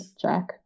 Jack